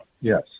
yes